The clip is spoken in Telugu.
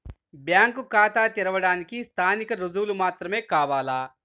బ్యాంకు ఖాతా తెరవడానికి స్థానిక రుజువులు మాత్రమే కావాలా?